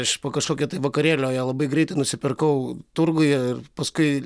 aš po kažkokio tai vakarėlio ją labai greitai nusipirkau turguje ir paskui